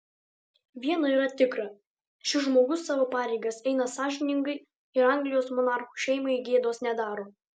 viena yra tikra šis žmogus savo pareigas eina sąžiningai ir anglijos monarchų šeimai gėdos nedaro